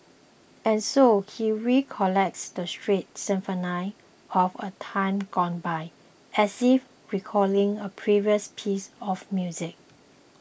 and so he recollects the street symphony of a time gone by as if recalling a precious piece of music